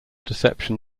deception